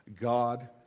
God